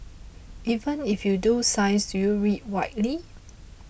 even if you do science do you read widely